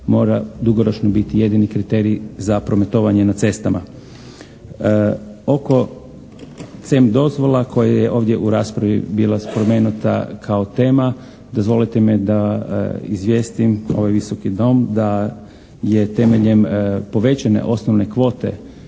mora dugoročno biti jedini kriterij za prometovanje na cestama. Oko CEM dozvola koje je ovdje u raspravi bila spomenuta kao tema dozvolite mi da izvijestim ovaj Visoki dom da je temeljem povećane osnovne kvote